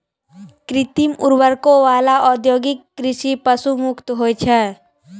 कृत्रिम उर्वरको वाला औद्योगिक कृषि पशु मुक्त होय छै